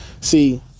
See